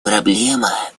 проблема